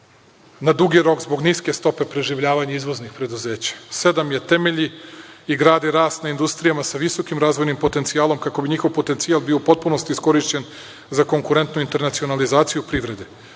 na dugi rok zbog niske stope preživljavanja izvoznih preduzeća. Sedam – temelji i gradi rast na industrijama sa visokim razvojnim potencijalom, kako bi njihov potencijal bio u potpunosti iskorišćen za konkurentnu internacionalizaciju privrede.